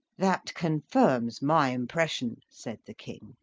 that confirms my impression, said the king,